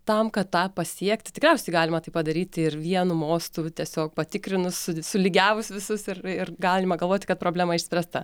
tam kad tą pasiekt tikriausiai galima tai padaryti ir vienu mostu tiesiog patikrinus sulygiavus visus ir ir galima galvoti kad problema išspręsta